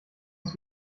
ist